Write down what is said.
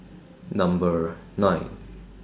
Number nine